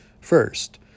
first